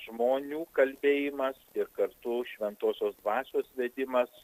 žmonių kalbėjimas ir kartu šventosios dvasios vedimas